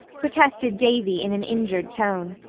protested davy in an injured tone.